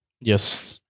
yes